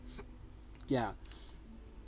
yeah